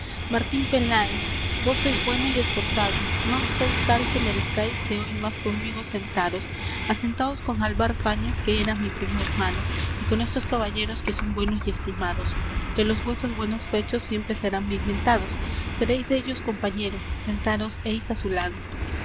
martín peláez vos sois bueno y esforzado non sois tal que merezcáis de hoy más conmigo sentaros asentaos con álvar fáñez que era mi primo hermano y con estos caballeros que son buenos y estimados que los vuesos buenos fechos siempre serán bien mentados seréis dellos compañero sentaros heis á su lado